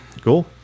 Cool